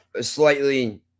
slightly